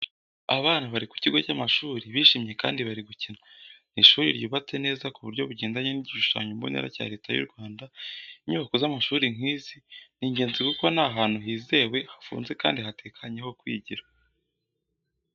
Abana bari ku kigo cy'amashuri bishimye kandi bari gukina. Ni ishuri ryubatse neza ku buryo bugendanye n'igishushanyo mbonera cya Leta y'u Rwanda. Inyubako z’amashuri nk’izi ni ingenzi kuko ni ahantu hizewe, hafunze kandi hatekanye ho kwigira.